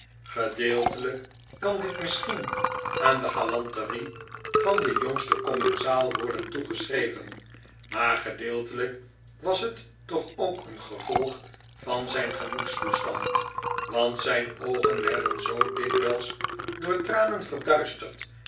gedeeltelijk kan dit misschien aan de galanterie van den jongsten commensaal worden toegeschreven maar gedeeltelijk was het toch ook een gevolg van zijn gemoedstoestand want zijn oogen werden zoo dikwijls door tranen verduisterd